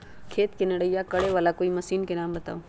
खेत मे निराई करे वाला कोई मशीन के नाम बताऊ?